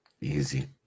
Easy